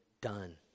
done